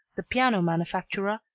the piano manufacturer,